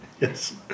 yes